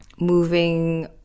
moving